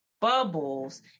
bubbles